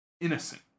innocent